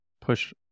push